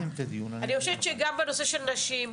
גם בנושא של נשים,